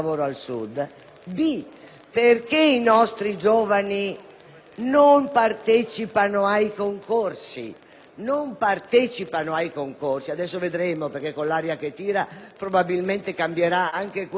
perché i nostri giovani non partecipano ai concorsi. Forse con l'aria che tira probabilmente cambierà anche questo,